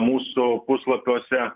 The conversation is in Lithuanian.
mūsų puslapiuose